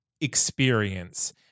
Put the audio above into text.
experience